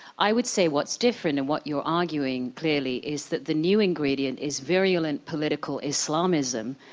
i would say what's different and what you're arguing clearly is that the new ingredient is virulent political islamism,